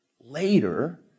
later